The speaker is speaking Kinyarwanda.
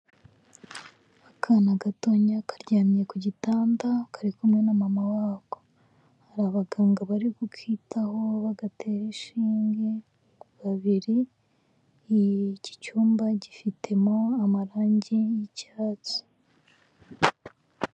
Akana gatoya karyamye ku gitanda kari kumwe na mama wako, hari abaganga bari kukitaho bagatera ishinge babiri, iki cyumba gifitemo amarangi y'icyatsi.